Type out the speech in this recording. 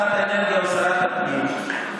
האנרגיה או שרת הפנים.